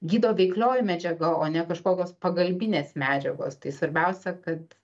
gydo veiklioji medžiaga o ne kažkokios pagalbinės medžiagos tai svarbiausia kad